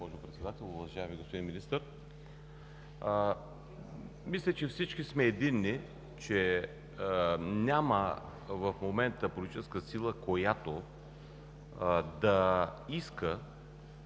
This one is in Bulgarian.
уважаеми господин Министър! Мисля, че всички сме единни, че в момента няма политическа сила, която да иска